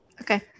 Okay